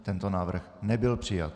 Tento návrh nebyl přijat.